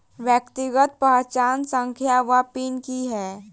व्यक्तिगत पहचान संख्या वा पिन की है?